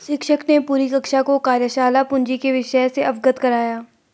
शिक्षक ने पूरी कक्षा को कार्यशाला पूंजी के विषय से अवगत कराया